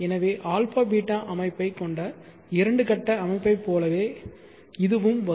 எனவே α β அமைப்பைக் கொண்ட இரண்டு கட்ட அமைப்பைப் போலவே இதுவும் வரும்